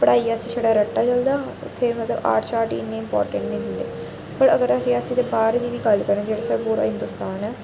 पढ़ाई छड़ी रट्टा चलदा उत्थें मतलब आर्ट शार्ट इन्नी इंपॉटेंट नेईं दिंदे फिर अगर अस बाह्र दी बी गल्ल करचै जेह्ड़े साढ़ा पूरा हिंदुस्तान ऐ